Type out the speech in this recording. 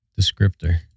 descriptor